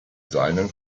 seinen